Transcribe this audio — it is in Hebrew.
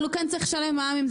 אבל הוא כן צריך לשלם מע"מ?